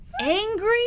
angry